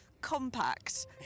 compact